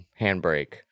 Handbrake